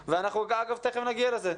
אגב, תכף נגיע לזה.